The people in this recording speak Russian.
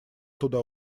туда